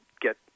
get